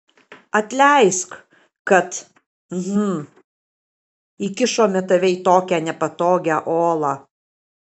atleisk kad hm įkišome tave į tokią nepatogią olą